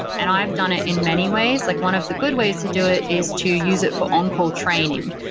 and i've done it in many ways like one of the good ways to do it is to use it for on-call training.